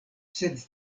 sed